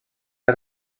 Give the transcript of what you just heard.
les